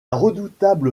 redoutable